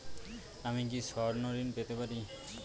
আমি কি স্বর্ণ ঋণ পেতে পারি?